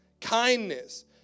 kindness